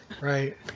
Right